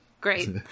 Great